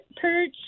perch